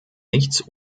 nichts